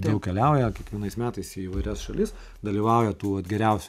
daug keliauja kiekvienais metais į įvairias šalis dalyvauja tų vat geriausių